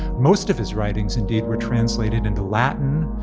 most of his writings, indeed, were translated into latin,